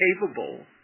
capable